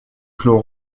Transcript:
clos